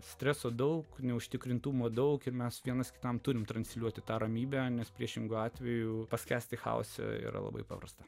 streso daug neužtikrintumo daug mes vienas kitam turime transliuoti tą ramybę nes priešingu atveju paskęsti chaose yra labai paprasta